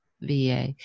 VA